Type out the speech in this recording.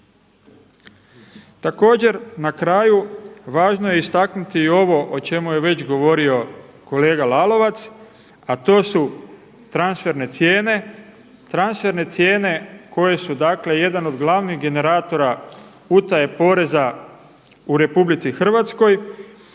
Također na kraju važno je istaknuti i ovo o čemu je već govorio kolega Lalovac, a to su transferne cijene, transferne cijene koje su jedan od glavnih generatora utaje poreza u RH u kojima je